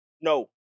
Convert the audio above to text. No